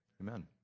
Amen